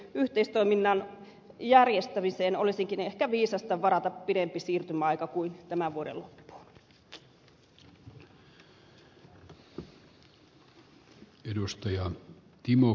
yhteistoiminnan järjestämiseen olisikin ehkä viisasta varata pidempi siirtymäaika kuin tämän vuoden loppuun